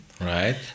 Right